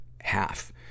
half